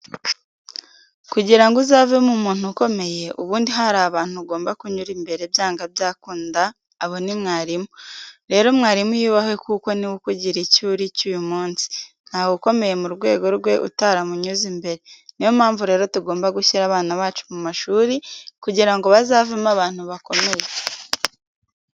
Kugira ngo uzavemo umuntu ukomeye, ubundi hari abantu ugomba kunyura imbere byanga byakunda abo ni ba mwarimu. Rero mwarimu yubahwe kuko ni we ukugira icyo uri cyo uyu munsi, ntawukomeye mu rwego rwe utaramunyuze imbere, niyo mpamvu rero tugomba gushyira abana bacu mu mashuri kugira ngo bazavemo abantu bakomeye.